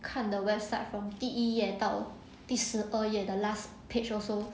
看的 website from 第一页到第十二页 the last page also